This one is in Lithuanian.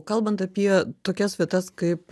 kalbant apie tokias vietas kaip